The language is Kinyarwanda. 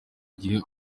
gihe